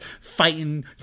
fighting